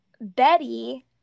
Betty